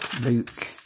Luke